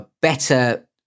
better